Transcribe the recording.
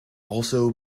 also